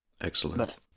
Excellent